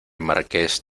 marqués